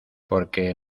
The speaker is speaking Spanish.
porque